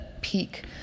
peak